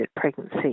pregnancy